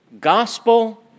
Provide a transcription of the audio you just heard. gospel